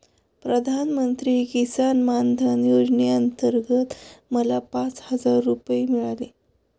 प्रधानमंत्री किसान मान धन योजनेअंतर्गत मला पाच हजार रुपये मिळाले